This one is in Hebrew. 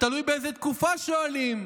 ותלוי באיזה תקופה שואלים,